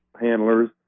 handlers